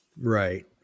Right